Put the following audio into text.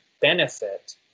benefit